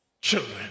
Children